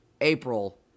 April